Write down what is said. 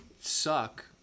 suck